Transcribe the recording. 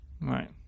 right